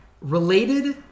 related